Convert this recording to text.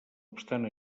obstant